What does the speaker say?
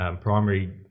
primary